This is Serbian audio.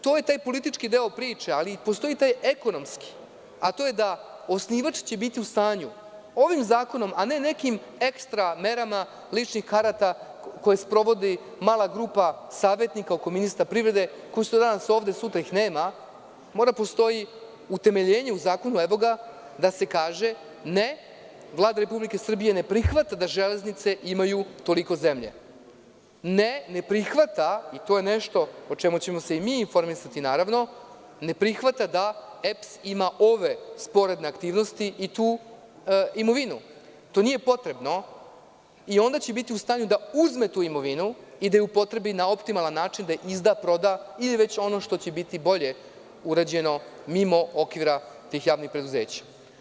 To je taj politički deo priče, ali postoji i taj ekonomski, a to je da će osnivač biti u stanju ovim zakonom, a ne nekim ekstra merama ličnih karata, koje sprovodi mala grupa savetnika oko ministra privrede, koji su danas ovde, a sutra ih nema, mora da postoji utemeljenje u zakonu i da se kaže – ne, Vlada Republike Srbije ne prihvata da železnice imaju toliko zemlje, ne prihvata, to je nešto o čemu ćemo se mi informisati, ne prihvata da EPS ima ove sporedne aktivnosti i tu imovinu, to nije potrebno, onda će biti u stanju da uzme tu imovinu i da je upotrebi na optimalan način, izda, proda ili ono što će biti bolje urađeno mimo okvira tih javnih preduzeća.